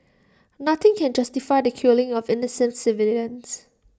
nothing can justify the killing of innocent civilians